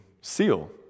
seal